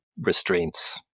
restraints